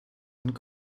and